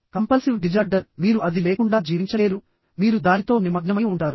compulsive disorder మీరు అది లేకుండా జీవించలేరు మీరు దానితో నిమగ్నమై ఉంటారు